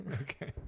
Okay